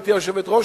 גברתי היושבת-ראש,